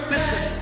Listen